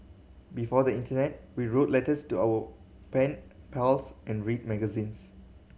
before the Internet we wrote letters to our pen pals and read magazines